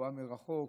הרפואה מרחוק,